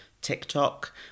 tiktok